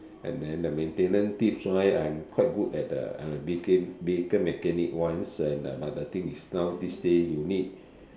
and then the maintenance tips why I'm quite good at the vehi~ vehicle maintaining ones and but the thing is now this days you need